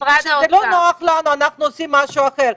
כשזה לא נוח לנו, אנחנו עושים משהו אחר.